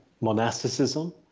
monasticism